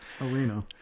arena